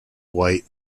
white